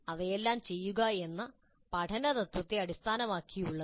അവയെല്ലാം ചെയ്യുക എന്ന പഠന തത്ത്വത്തെ അടിസ്ഥാനമാക്കിയുള്ളതാണ്